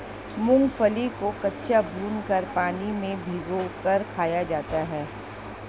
मूंगफली को कच्चा, भूनकर, पानी में भिगोकर खाया जाता है